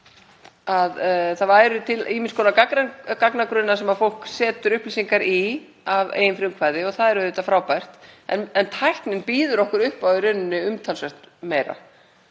til væru ýmiss konar gagnagrunnar sem fólk setur upplýsingar í að eigin frumkvæði og það er auðvitað frábært. En tæknin býður okkur upp á umtalsvert meira